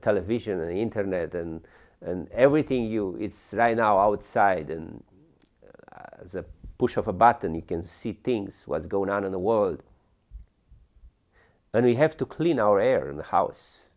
television and the internet and everything you it's right now outside and the push of a button you can see things was going on in the world and we have to clean our air in the house